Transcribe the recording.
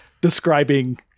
describing